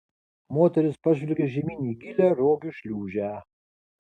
moteris pažvelgė žemyn į gilią rogių šliūžę